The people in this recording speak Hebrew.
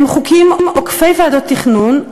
אלה חוקים עוקפי ועדת תכנון,